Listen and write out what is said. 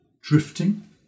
drifting